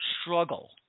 struggle